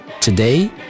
Today